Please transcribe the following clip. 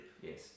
yes